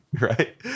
right